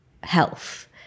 health